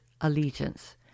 allegiance